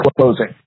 closing